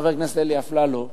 חבר הכנסת אלי אפללו.